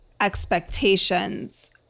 expectations